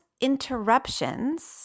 interruptions